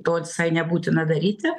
to visai nebūtina daryti